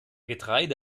getreide